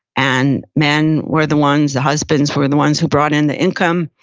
and men were the ones, the husbands were the ones who brought in the income.